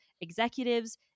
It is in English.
executives